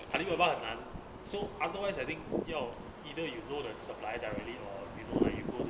alibaba 很难 so otherwise I think 要 either you know the supplier directly or you know lah you go to